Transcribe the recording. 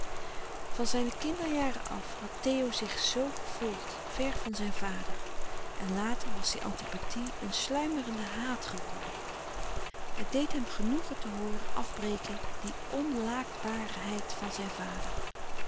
van zijne kinderjaren af had theo zich zoo gevoeld ver van zijn vader en later was die antipathie een sluimerende haat geworden het deed hem genoegen te hooren afbreken die onlaakbaarheid louis couperus de stille kracht van zijn vader